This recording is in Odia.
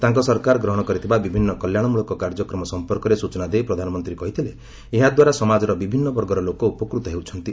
ତାଙ୍କ ସରକାର ଗ୍ରହଣ କରିଥିବା ବିଭିନ୍ନ କଲ୍ୟାଣମୂଳକ କାର୍ଯ୍ୟକ୍ରମ ସମ୍ପର୍କରେ ସୂଚନା ଦେଇ ପ୍ରଧାନମନ୍ତ୍ରୀ କହିଥିଲେ ଏହାଦ୍ୱାରା ସମାଜର ବିଭିନ୍ନ ବର୍ଗର ଲୋକ ଉପକୃତ ହେଉଛନ୍ତି